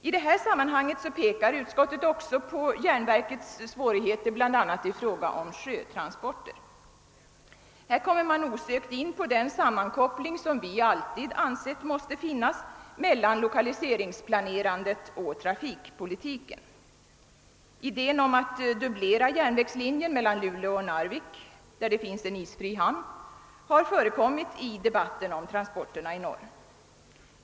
| I detta sammanhang framhåller utskottet också järnverkets svårigheter bl.a. i fråga om sjötransporter. Härvidlag kommer man osökt in på den sammankoppling som vi alltid ansett måste finnas mellan lokaliseringsplanerna och trafikpolitiken. Idén om att dubblera järnvägslinjen mellan Luleå och Narvik, där det finns en isfri hamn, har förts fram i debatten om transporterna i norr.